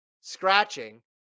scratching